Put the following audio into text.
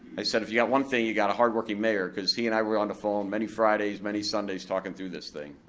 i said if you've got one thing, you got a hardworking mayor, cause he and i were onto fall many fridays, many sundays, talking through this thing.